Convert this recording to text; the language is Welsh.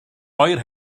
oer